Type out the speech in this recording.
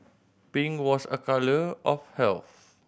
pink was a colour of health